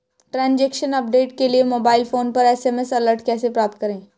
Transaction update के लिए mobile phone पर एस.एम.एस अलर्ट कैसे प्राप्त करें?